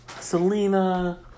Selena